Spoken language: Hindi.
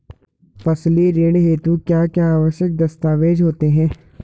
फसली ऋण हेतु क्या क्या आवश्यक दस्तावेज़ होते हैं?